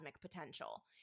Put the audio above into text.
potential